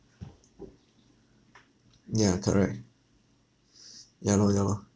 ya correct ya lor ya lor